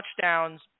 touchdowns